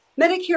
Medicare